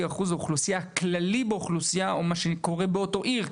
אחוז באוכלוסייה הכללית או מה שקורה באותה העיר.